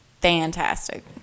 fantastic